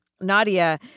Nadia